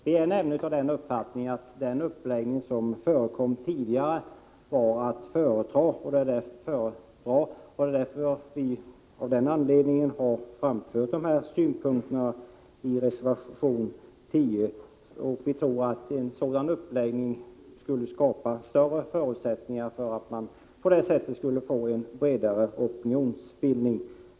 Vi är nämligen av den uppfattningen att den uppläggning som förekom tidigare är att föredra, och det är av denna anledning som vi har framfört dessa synpunkter i reservation 10. Vi tror att en sådan uppläggning skulle skapa bättre förutsättningar för en bredare opinionsbildning.